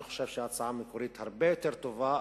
אני חושב שההצעה המקורית הרבה יותר טובה,